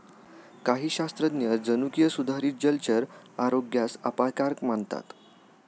काही शास्त्रज्ञ जनुकीय सुधारित जलचर आरोग्यास अपायकारक मानतात